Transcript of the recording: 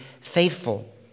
faithful